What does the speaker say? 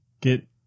Get